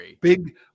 big